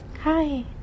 Hi